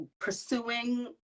pursuing